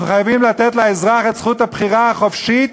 אנחנו חייבים לתת לאזרח את זכות הבחירה החופשית,